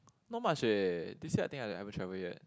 not much eh this year I think I I haven't travel yet